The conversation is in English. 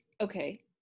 okay